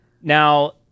Now